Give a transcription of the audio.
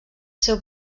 seu